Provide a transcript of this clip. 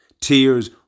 Tears